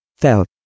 felt